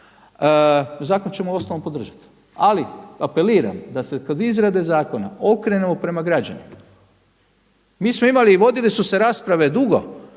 razumije./… podržati. Ali apeliram da se kod izrade zakona okrenemo prema građanima. Mi smo imali i vodile su se rasprave dugo